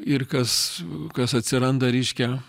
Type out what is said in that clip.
ir kas kas atsiranda reiškia